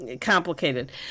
complicated